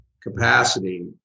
capacity